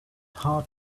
hard